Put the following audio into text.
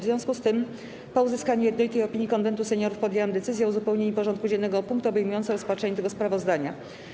W związku z tym, po uzyskaniu jednolitej opinii Konwentu Seniorów, podjęłam decyzję o uzupełnieniu porządku dziennego o punkt obejmujący rozpatrzenie tego sprawozdania.